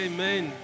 Amen